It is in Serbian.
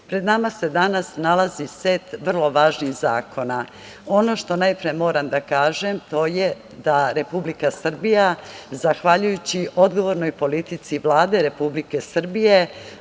pred nama se danas nalazi set vrlo važnih zakona. Ono što najpre moram da kažem, to je da Republika Srbija zahvaljujući odgovornoj politici Vlade Republike Srbije,